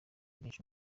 byinshi